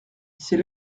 ses